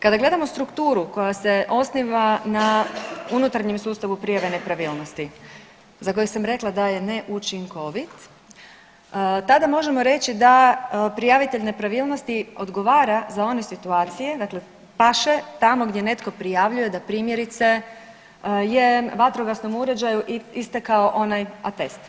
Kada gledamo strukturu koja se osniva na unutarnjem sustavu prijave nepravilnosti, za koji sam rekla da je neučinkovit tada možemo reći da prijavitelj nepravilnosti odgovara za one situacije, dakle paše tamo gdje netko prijavljuje da primjerice je vatrogasnom uređaju istekao onaj atest.